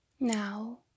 now